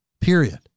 Period